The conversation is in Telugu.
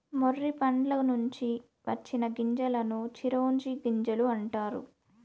మొర్రి పండ్ల నుంచి వచ్చిన గింజలను చిరోంజి గింజలు అంటారు